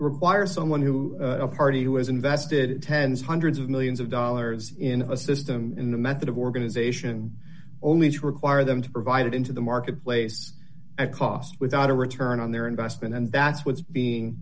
require someone who a party who has invested tens hundreds of millions of dollars in a system in a method of organization only to require them to provide it into the marketplace at cost without a return on their investment and that's what's being